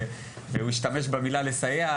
ואז הוא ישתמש במילה לסייע?